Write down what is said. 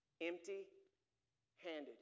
empty-handed